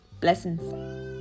Blessings